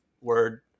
word